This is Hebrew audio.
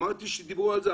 אמרתי שדיברו על זה.